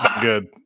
good